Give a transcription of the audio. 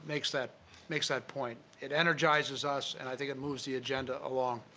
makes that makes that point. it energizes us, and i think it moves the agenda along.